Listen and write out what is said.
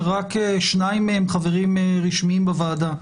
רק שניים מהם חברים רשמיים בוועדה,